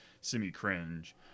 semi-cringe